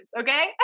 Okay